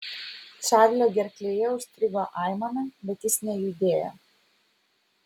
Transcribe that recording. čarlio gerklėje užstrigo aimana bet jis nejudėjo